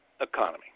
economy